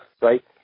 right